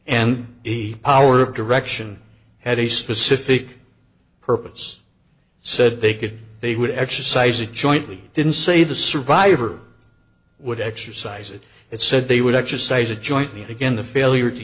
and the power of direction had a specific purpose said they could they would exercise it jointly didn't say the survivor would exercise it it said they would exercise a jointly again the failure to